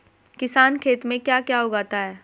किसान खेत में क्या क्या उगाता है?